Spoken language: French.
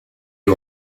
les